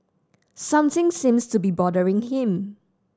something seems to be bothering him